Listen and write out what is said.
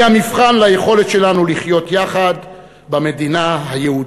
היא המבחן ליכולת שלנו לחיות יחד במדינה היהודית.